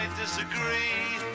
disagree